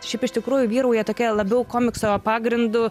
šiaip iš tikrųjų vyrauja tokie labiau komikso pagrindu